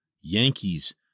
Yankees